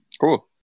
Cool